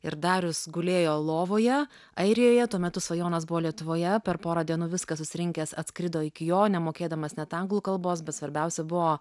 ir darius gulėjo lovoje airijoje tuo metu svajūnas buvo lietuvoje per porą dienų viskas susirinkęs atskrido iki jo nemokėdamas net anglų kalbos bet svarbiausia buvo